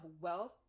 wealth